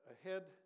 ahead